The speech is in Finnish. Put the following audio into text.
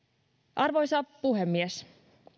arvoisa puhemies